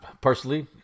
personally